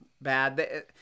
bad